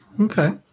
Okay